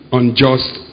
unjust